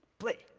play.